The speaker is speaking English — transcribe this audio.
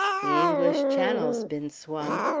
the english channel's bin swum.